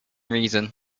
reason